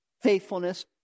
faithfulness